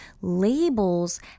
Labels